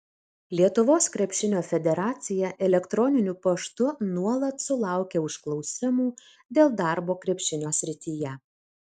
lietuvos krepšinio federacija elektroniniu paštu nuolat sulaukia užklausimų dėl darbo krepšinio srityje